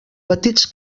petits